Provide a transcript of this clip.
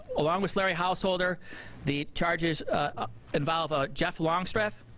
along with larry householder the charges involve ah jeff longstreth,